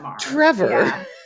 Trevor